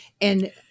And-